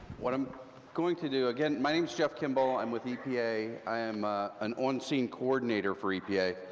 what i'm going to do, again, my name's jeff kimble, i'm with epa, i am an on-scene coordinator for epa,